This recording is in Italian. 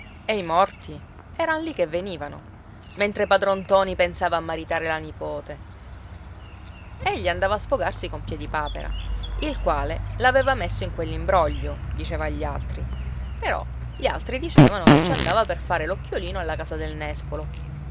e i morti eran lì che venivano mentre padron ntoni pensava a maritare la nipote egli andava a sfogarsi con piedipapera il quale l'aveva messo in quell'imbroglio diceva agli altri però gli altri dicevano che ci andava per fare l'occhiolino alla casa del nespolo